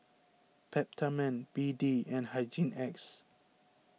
Peptamen B D and Hygin X